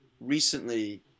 recently